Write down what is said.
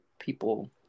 people